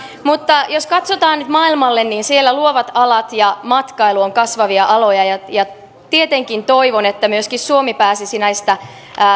jos katsotaan maailmalle niin siellä luovat alat ja matkailu ovat kasvavia aloja ja ja tietenkin toivon että myöskin suomi pääsisi näistä